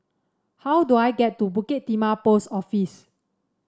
how do I get to Bukit Timah Post Office